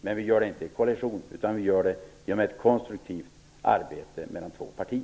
Men vi gör det inte i koalition, utan vi gör det i ett konstruktivt arbete mellan två partier.